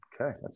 Okay